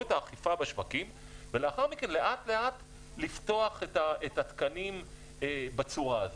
אכיפה בשווקים ולאחר מכן לאט לאט לפתוח את התקנים בצורה הזאת,